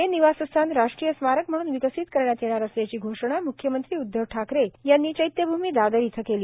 हे निवासस्थान राष्ट्रीय स्मारक म्हणन विकसित करण्यात येणार असल्याची घोषणा मख्यमंत्री उदधव ठाकरे यांनी चैत्यभमी दादर इथं केली